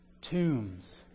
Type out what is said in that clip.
tombs